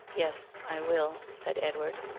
yes, i will said edward.